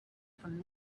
from